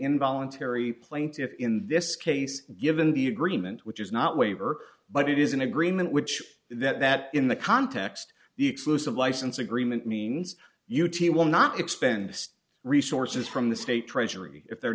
involuntary plaintiff in this case given the agreement which is not waiver but it is an agreement which that in the context the exclusive license agreement means you will not expend resources from the state treasury if they're